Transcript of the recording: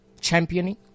championing